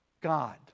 God